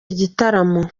igitaramo